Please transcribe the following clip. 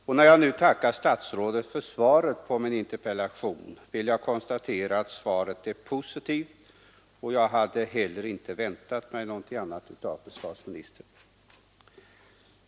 Och när jag nu tackar statsrådet för svaret på min interpellation vill jag konstatera att det är positivt — jag hade väl heller icke väntat mig något annat av försvarsministern.